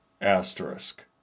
Asterisk